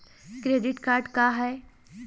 Credit card का हाय?